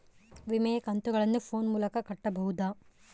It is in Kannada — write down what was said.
ವಿಮೆಯ ಕಂತುಗಳನ್ನ ಫೋನ್ ಮೂಲಕ ಕಟ್ಟಬಹುದಾ?